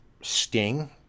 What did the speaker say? sting